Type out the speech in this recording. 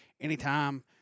anytime